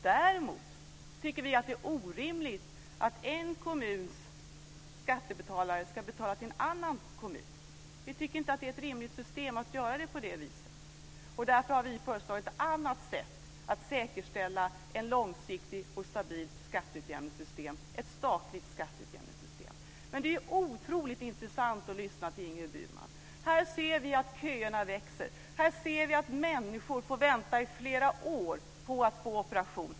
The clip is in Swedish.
Däremot tycker vi att det är orimligt att en kommuns skattebetalare ska betala till en annan kommun. Vi tycker inte att det är ett rimligt system att göra på det viset. Därför har vi föreslagit ett annat sätt att säkerställa ett långsiktigt och stabilt skattesystem - Men det är otroligt intressant att lyssna till Ingrid Burman. Här ser vi att köerna växer. Här ser vi att människor får vänta i flera år på att bli opererade.